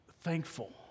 thankful